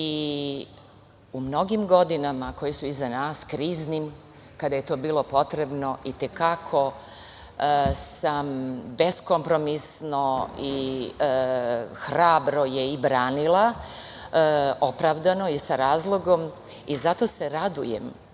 I u mnogim godinama, a koje su iza nas, kriznim, kada je to bilo potrebno, i te kako sam beskompromisno i hrabro je i branila, opravdano i sa razlogom. Zato se radujem